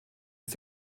ist